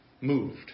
moved